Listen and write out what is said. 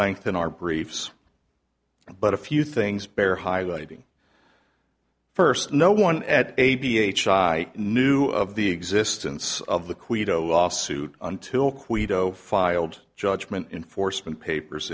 length in our briefs but a few things bear highlighting first no one at a ph i knew of the existence of the quito lawsuit until quito filed judgment enforcement papers